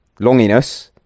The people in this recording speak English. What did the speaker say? Longiness